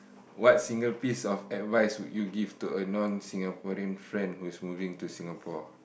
what single piece of advice would you give to a non-Singaporean friend who is moving to Singapore